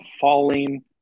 falling